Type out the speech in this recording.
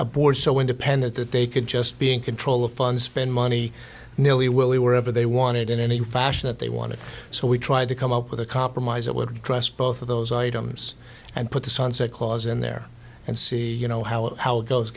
a board so independent that they could just be in control of funds spend money nilly willy wherever they wanted in any fashion that they wanted so we tried to come up with a compromise that would address both of those items and put the sunset clause in there and see you know how it goes